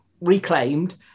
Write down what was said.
reclaimed